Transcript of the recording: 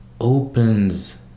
opens